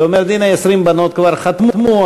ואומר: הנה 20 בנות כבר חתמו,